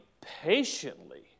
patiently